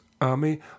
army